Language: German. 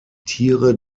tiere